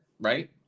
right